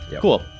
Cool